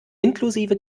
inklusive